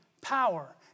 power